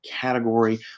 category